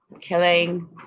killing